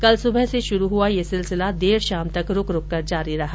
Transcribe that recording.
कल सुबह से शुरू हुआ ये सिलसिला देर शाम तक रुक रुक कर जारी रहा